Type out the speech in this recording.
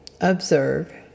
observe